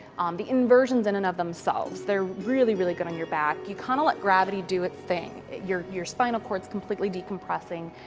the inversions in and of themselves, they're really, really good on your back. you kind of let gravity do its thing. your your spinal cord is completely decompressing.